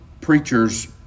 preachers